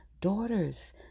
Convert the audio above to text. daughters